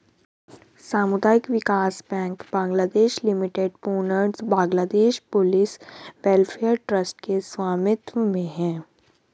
सामुदायिक विकास bank Bangladesh limited पूर्णतः बांग्लादेश पुलिस वेलफेयर ट्रस्ट के स्वामित्व में है